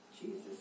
Jesus